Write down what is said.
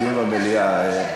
בדיון במליאה.